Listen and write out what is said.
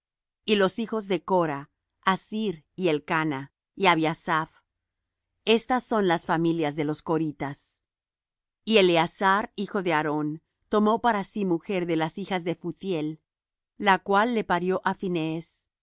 y los hijos de cora assir y elcana y abiasaph estas son las familias de los coritas y eleazar hijo de aarón tomó para sí mujer de las hijas de phutiel la cual le parió